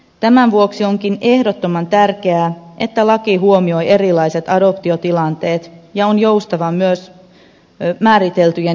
tämän vuoksi onkin ehdottoman tärkeää että laki huomioi erilaiset adoptiotilanteet ja on joustava myös määriteltyjen ikäerojen kohdalla